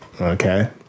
Okay